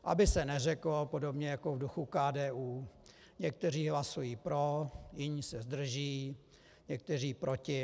Aby se neřeklo podobně jako v duchu KDU, někteří hlasují pro, jiní se zdrží, někteří proti.